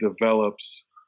develops